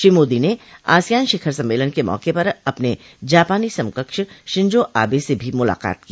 श्री मोदी ने आसियान शिखर सम्मेलन के मौके पर अपने जापानी समकक्ष शिंजो आबे से भी मुलाकात की